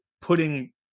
putting